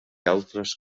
altres